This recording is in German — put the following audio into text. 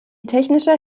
technischer